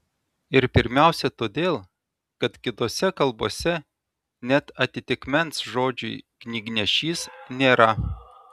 ir pirmiausia todėl kad kitose kalbose net atitikmens žodžiui knygnešys nėra